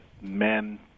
men